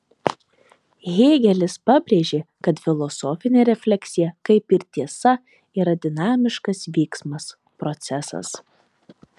hėgelis pabrėžė kad filosofinė refleksija kaip ir tiesa yra dinamiškas vyksmas procesas